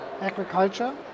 Agriculture